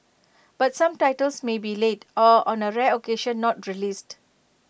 but some titles may be late or on A rare occasion not released